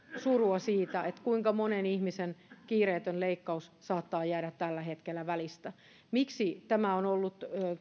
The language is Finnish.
surua siitä kuinka monen ihmisen kiireetön leikkaus saattaa jäädä tällä hetkellä välistä miksi tämä on ollut